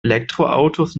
elektroautos